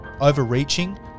overreaching